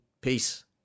Peace